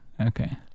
Okay